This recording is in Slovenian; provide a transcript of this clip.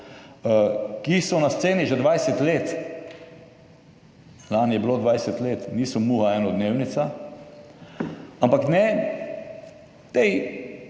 ki so na sceni že 20 let, lani je bilo 20 let, niso muha enodnevnica. Ampak ne, tej